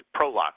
ProLock